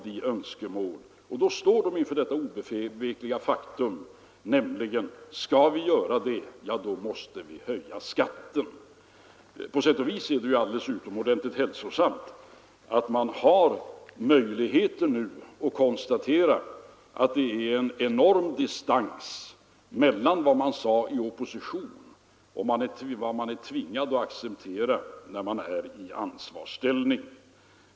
Då står man också inför detta obevekliga faktum, att skall man realisera planerna måste man höja skatten. På sätt och vis är det utomordentligt hälsosamt att folk nu har möjlighet att konstatera att det är en enorm distans mellan vad de borgerliga sade i opposition och vad man är tvingad att acceptera i ansvarsställning.